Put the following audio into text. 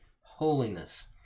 holiness